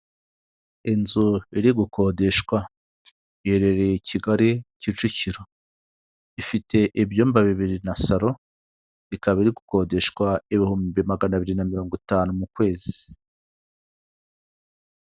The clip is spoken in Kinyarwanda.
Inzu iri gukodeshwa, iherereye i Kigali Kicukiro, ifite ibyumba bibiri na saro ikaba iri gukodeshwa ibihumbi maganabiri na mirongo itanu mu kwezi.